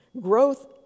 Growth